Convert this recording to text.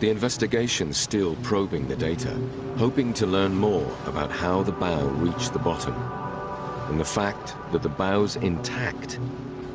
the investigation still probing the data hoping to learn more about how the bow reached the bottom and the fact that the bow's intact